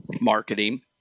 Marketing